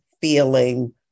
feeling